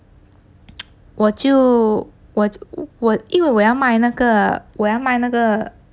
我就我我因为我要卖那个我要卖那个